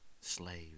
slave